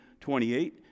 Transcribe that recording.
28